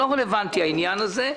לא רלוונטי העניין הזה.